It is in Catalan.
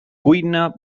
cuina